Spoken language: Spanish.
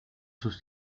sus